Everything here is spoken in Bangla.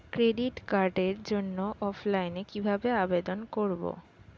ক্রেডিট কার্ডের জন্য অফলাইনে কিভাবে আবেদন করব?